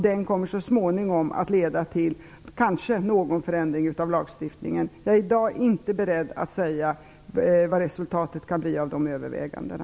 Den kommer kanske så småningom att leda till någon förändring av lagstiftningen. Jag är i dag inte beredd att säga vad resultatet kan bli av de övervägandena.